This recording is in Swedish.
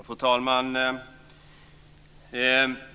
Fru talman!